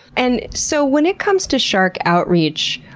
and so when it comes to shark outreach,